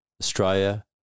Australia